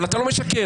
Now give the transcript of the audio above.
אבל אתה לא משקר,